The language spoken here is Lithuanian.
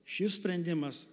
šis sprendimas